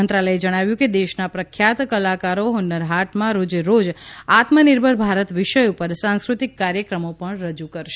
મંત્રાલયે જણાવ્યું કે દેશના પ્રખ્યાત કલાકારો હુન્નર હાટમાં રોજેરોજ આત્મનિર્ભર ભારત વિષય ઉપર સાંસ્કૃતિક કાર્યક્રમો પણ રજૂ કરશે